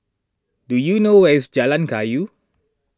do you know where is Jalan Kayu